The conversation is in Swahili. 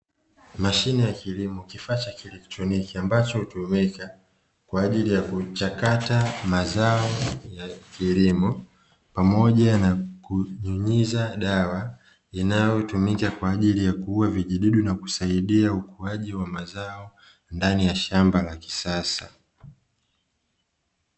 Mashine ya kilimo kifaa cha kielektroniki ambacho hutumika kwajili ya kuchakata mazao ya kilimo, pamoja na kunyunyiza dawa inayotumika kwajili ya kuua vijidudu na kusaidia ukuaji wa mazao ndani ya shamba la kisasa.